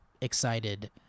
excited